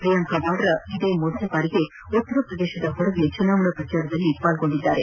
ಪ್ರಿಯಾಂಕಾ ವಾದ್ರಾ ಇದೇ ಪ್ರಥಮ ಬಾರಿಗೆ ಉತ್ತರ ಪ್ರದೇಶದ ಹೊರಗೆ ಚುನಾವಣಾ ಪ್ರಚಾರದಲ್ಲಿ ಭಾಗಿಯಾಗಿದ್ದಾರೆ